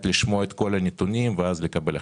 לשמוע את כל הנתונים ואז לקבל החלטה.